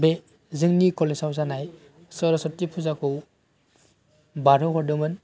बे जोंनि कलेजाव जानाय सरासति फुजाखौ बारहोहरदोंमोन